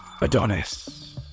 Adonis